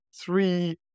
three